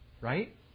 Right